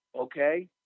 okay